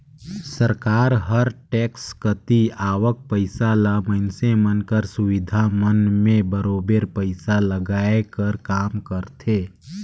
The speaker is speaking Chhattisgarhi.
सरकार हर टेक्स कती आवक पइसा ल मइनसे मन कर सुबिधा मन में बरोबेर पइसा लगाए कर काम करथे